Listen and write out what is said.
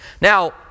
Now